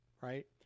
right